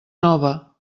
nova